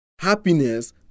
happiness